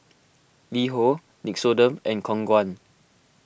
LiHo Nixoderm and Khong Guan